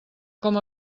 com